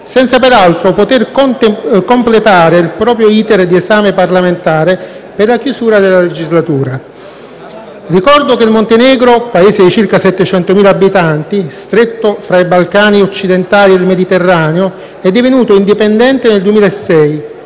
senza peraltro poter completare il proprio *iter* di esame parlamentare per la chiusura della legislatura. Ricordo che il Montenegro, Paese di circa 700.000 abitanti, stretto fra i Balcani occidentali e il Mediterraneo, è divenuto indipendente nel 2006,